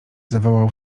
zawołał